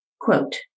Quote